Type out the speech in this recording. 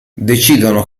decidono